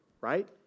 right